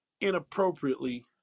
inappropriately